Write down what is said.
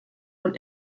und